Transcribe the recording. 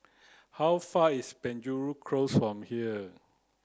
how far is Penjuru Close from here